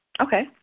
Okay